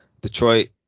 Detroit